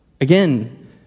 Again